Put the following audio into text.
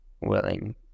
willing